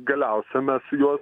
galiausia mes juos